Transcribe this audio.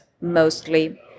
mostly